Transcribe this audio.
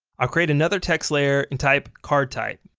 i'll create another text layer and type card type